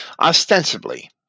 Ostensibly